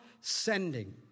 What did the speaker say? sending